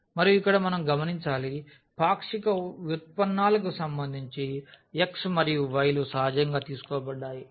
మరియు ఇక్కడ మనం గమనించాలి పాక్షిక వ్యుత్పన్నాలకు సంబంధించి x మరియు y లు సహజంగా తీసుకోబడ్డాయి